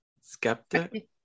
Skeptic